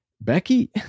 Becky